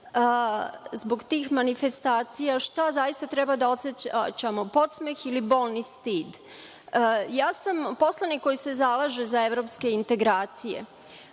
zbog tih manifestacija šta zaista treba da osećamo – podsmeh ili bolni stid? Ja sam poslanik koji se zalaže za evropske integracije.